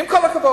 עם כל הכבוד.